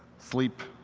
sleep,